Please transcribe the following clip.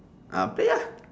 uh play ah